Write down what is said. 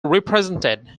represented